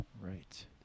Right